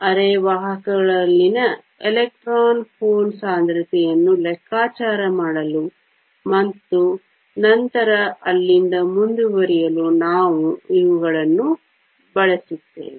ಅರೆವಾಹಕಗಳಲ್ಲಿನ electron hole ಸಾಂದ್ರತೆಯನ್ನು ಲೆಕ್ಕಾಚಾರ ಮಾಡಲು ಮತ್ತು ನಂತರ ಅಲ್ಲಿಂದ ಮುಂದುವರಿಯಲು ನಾವು ಇವುಗಳನ್ನು ಬಳಸುತ್ತೇವೆ